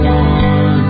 one